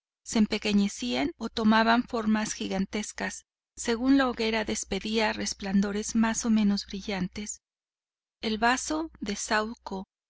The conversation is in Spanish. muros se empequeñecían o tomaban formas gigantescas según la hoguera despedía resplandores más o menos brillantes el vaso de saúco